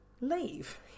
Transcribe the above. leave